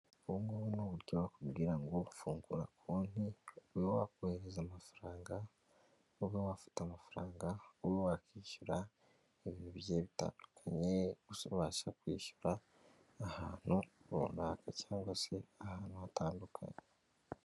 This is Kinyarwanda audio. Ubungubu ni bumwe mu buryo bakubwira ngo fungura konti ube wakohereza amafaranga vuba, wafata amafaranga ube wakwishyura ibintu bigiye bitandukanye ,ubasha kwishyura ahantu runaka cyangwa se ahantu hatandukanye.